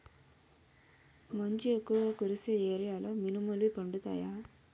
మంచు ఎక్కువుగా కురిసే ఏరియాలో మినుములు పండుతాయా?